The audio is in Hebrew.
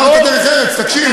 אמרת דרך ארץ, תקשיב.